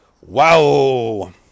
Wow